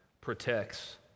protects